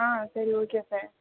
ஆ சரி okay sir